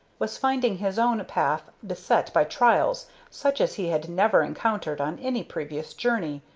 was finding his own path beset by trials such as he had never encountered on any previous journey,